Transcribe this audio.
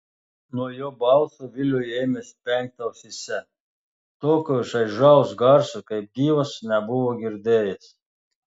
nuo jo balso viliui ėmė spengti ausyse tokio šaižaus garso kaip gyvas nebuvo girdėjęs